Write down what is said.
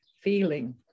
feeling